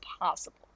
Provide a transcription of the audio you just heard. possible